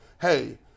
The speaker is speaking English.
hey